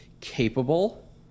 capable